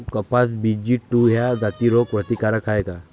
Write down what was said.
कपास BG two ह्या जाती रोग प्रतिकारक हाये का?